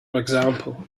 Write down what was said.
example